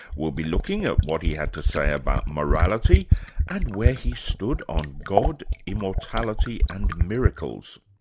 we'll be looking at what he had to say about morality and where he stood on god, immortality and miracles.